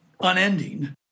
unending